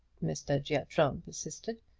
mr. giatron persisted.